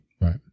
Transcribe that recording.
Right